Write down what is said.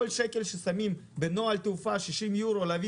כל שקל ששמים בנוהל תעופה 60 יורו להביא